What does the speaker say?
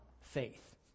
faith